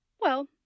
Well